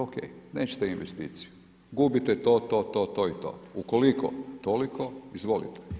Ok nećete investiciju, gubite to, to, to i to ukoliko toliko, izvolite.